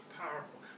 powerful